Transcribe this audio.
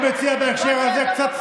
הייתי מציע בהקשר הזה קצת צניעות.